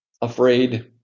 afraid